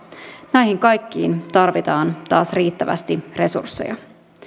näihin kaikkiin tarvitaan taas riittävästi resursseja